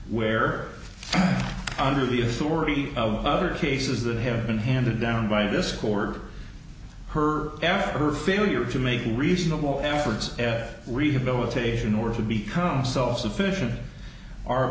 where under the authority of other cases that have been handed down by discord her after her failure to make reasonable efforts at rehabilitation or to become self sufficient our